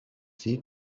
seem